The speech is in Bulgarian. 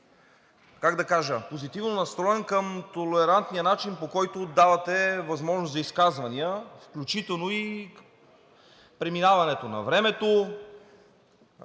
как да кажа, позитивно настроен към толерантния начин, по който давате възможност за изказвания, включително и преминаването на времето,